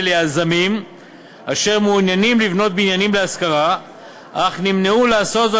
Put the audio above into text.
ליזמים אשר מעוניינים לבנות בניינים להשכרה אך נמנעו לעשות זאת